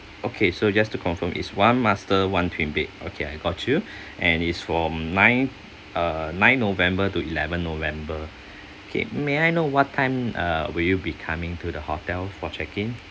okay so just to confirm is one master one twin bed okay I got you and is from nine uh nine november to eleven november okay may I know what time uh will you be coming to the hotel for check-in